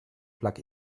plug